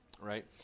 right